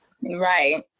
Right